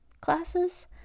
classes